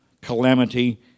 calamity